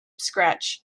scratch